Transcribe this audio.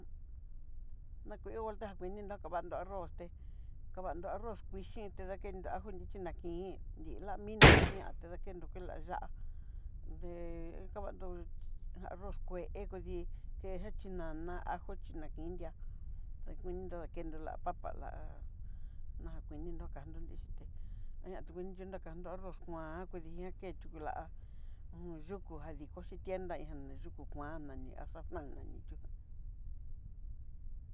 Na kué nguartiá kundini dakavandó arroz, té kavando arroz kuii jin ta ndakendo ajo, nrichi nakin nrí lá minó ña té dakendó kula ya'á, de'e kavandó arroz kué kudí kejan xhínana ajo xhinankindia, ta kuidó nakendó la papa la'a na kuinindó kando nri yuté aña yakandó arroz kuan, kudiya ketula'a nó'o yuku jadikoxhi tienda ñaja yuku kuan nani pan nani chujan.